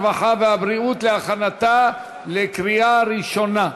הרווחה והבריאות להכנתה לקריאה ראשונה.